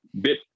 bit